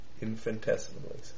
Infinitesimally